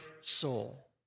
soul